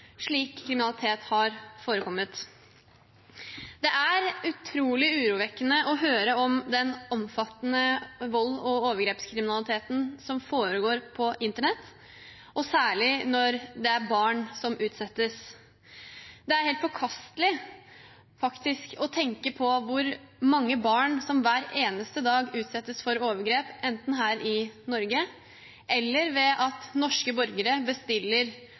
slik kriminalitet har forekommet. Det er utrolig urovekkende å høre om den omfattende volds- og overgrepskriminaliteten som foregår på internett, og særlig når det er barn som utsettes for det. Det er helt forkastelig hvor mange barn som hver eneste dag utsettes for overgrep, enten her i Norge eller ved at norske borgere bestiller